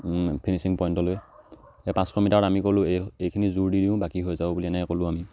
finishing পইণ্টলৈ সেই পাঁচশ মিটাৰত আমি ক'লোঁ এই এইখিনি জোৰ দি দিওঁ বাকী হৈ যাব বুলি এনেকৈ ক'লোঁ আমি